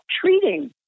treating